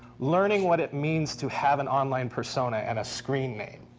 learning what it means to have an online persona and a screen name.